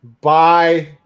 Bye